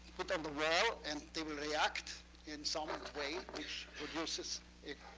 put on the wall and they will react in some and way, which induces a